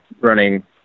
running